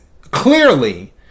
clearly